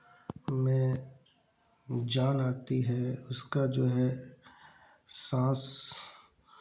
मैं जान आती है उसका जो है सांस